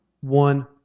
one